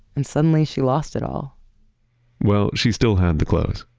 and suddenly she lost it all well, she still had the clothes.